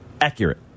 accurate